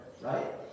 right